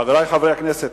חברי חברי הכנסת,